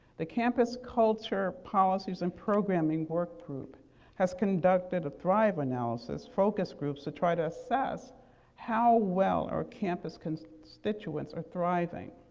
the campus culture policies and programming work group has conducted a thrive analysis focus group to try to assess how well our campus constituents are thriving,